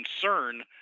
concern